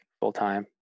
full-time